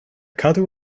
cadw